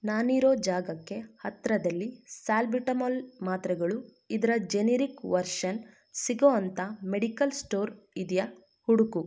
ನಾನಿರೊ ಜಾಗಕ್ಕೆ ಹತ್ತಿರದಲ್ಲಿ ಸಾಲ್ಬಿಟಮಾಲ್ ಮಾತ್ರೆಗಳು ಇದರ ಜೆನೆರಿಕ್ ವರ್ಷನ್ ಸಿಗೊ ಅಂಥ ಮೆಡಿಕಲ್ ಸ್ಟೋರ್ ಇದೆಯಾ ಹುಡುಕು